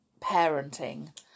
parenting